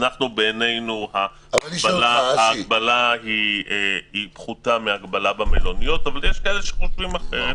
בעיננו ההגבלה היא פחות מהגבלה במלוניות אבל יש כאלו שחושבים אחרת.